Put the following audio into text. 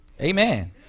Amen